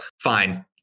Fine